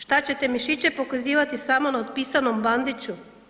Šta ćete mišiće pokazivati samo na otpisanom Bandiću?